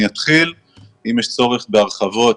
אני אתחיל ואם יש צורך בהרחבות,